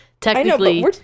technically